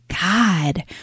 God